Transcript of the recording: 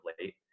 late